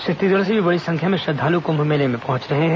छत्तीसगढ़ से भी बड़ी संख्या में श्रद्वालू कृम्भ मेले में पहंच रहे हैं